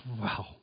wow